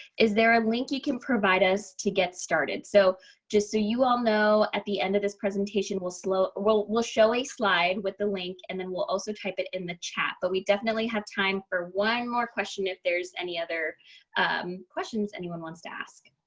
is there a link, you can provide us to get started. so ashley bonanno just so you all know at the end of this presentation will slow will will show a slide with the link and then we'll also type it in the chat. but we definitely have time for one more question if there's any other questions, anyone wants to ask